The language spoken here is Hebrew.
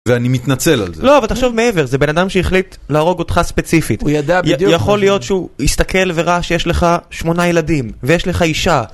ואני מתנצל על זה. -לא, אבל תחשוב מעבר, זה בן אדם שהחליט להרוג אותך, ספציפית. הוא ידע בדיוק... יכול להיות שהוא הסתכל וראה שיש לך שמונה ילדים, ויש לך אישה.